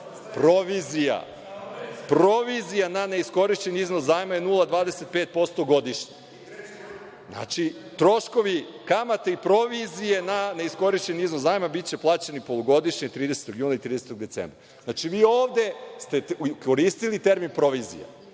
Provizija. Provizija na neiskorišćeni iznos zajma je 0,25% godišnje. Znači, troškovi kamate i provizije na neiskorišćeni iznos zajma biće plaćeni polugodišnje, 30. juna i 30. decembra. Znači, vi ovde ste koristili termin „provizija“.Ja